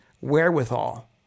wherewithal